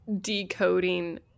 decoding